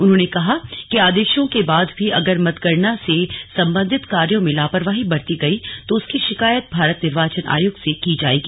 उन्होंने कहा कि आदेशों के बाद भी अगर मतगणना से संबंधित कार्यों में लापरवाही बरती गई तो उसकी शिकायत भारत निर्वाचन आयोग से की जाएगी